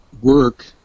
work